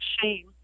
shame